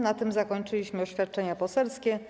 Na tym zakończyliśmy oświadczenia poselskie.